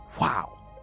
Wow